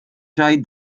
zei